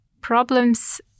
problems